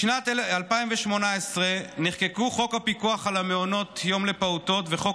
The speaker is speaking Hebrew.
בשנת 2018 נחקקו חוק הפיקוח על מעונות יום לפעוטות וחוק